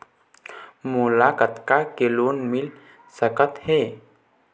मोला कतका के लोन मिल सकत हे?